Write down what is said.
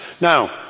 Now